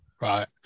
right